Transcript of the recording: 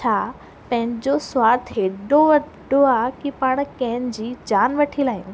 छा पंहिंजो स्वार्थ हेॾो वॾो आहे की पाण कंहिंजी जान वठी लाहियूं